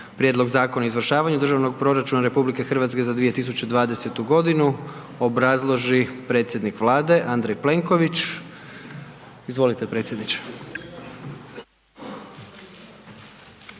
Prijedlog Zakona o izvršavanju Državnog proračuna RH za 2020. godinu obrazloži predsjednik Vlade Andrej Plenković. Izvolite predsjedniče.